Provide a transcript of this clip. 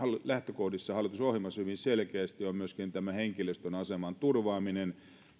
lähtökohdissa on hyvin selkeästi on henkilöstön aseman turvaaminen